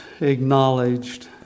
acknowledged